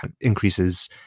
increases